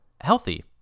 healthy